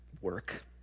work